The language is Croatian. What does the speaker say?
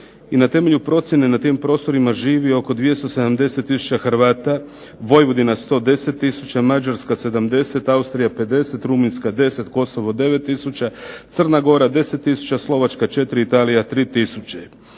i na temelju procjene na tim prostorima živi oko 270 tisuća Hrvata, Vojvodina 110 tisuća, Mađarska 70, Austrija 50, Rumunjska 10, Kosovo 9 tisuća, Crna Gora 10 tisuća, Slovačka 4, Italija 3